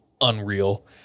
unreal